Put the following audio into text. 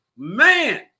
Man